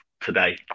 today